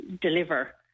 deliver